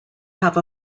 have